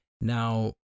Now